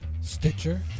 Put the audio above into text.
Stitcher